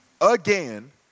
again